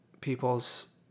people's